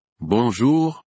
Bonjour